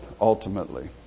ultimately